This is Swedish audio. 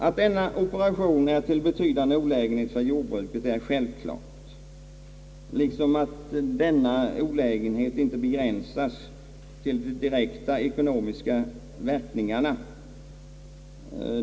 Att denna operation är till betydande olägenhet för jordbruket är självklart, vidare att denna olägenhet inte begränsas enbart till de direkta ekonomiska verkningarna.